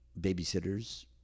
babysitters